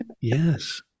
Yes